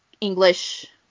English